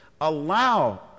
allow